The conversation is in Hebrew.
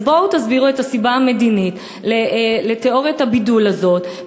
אז בואו תסבירו את הסיבה המדינית לתיאוריית הבידול הזאת,